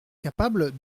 capable